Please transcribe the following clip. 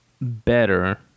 better